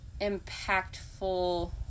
impactful